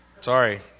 Sorry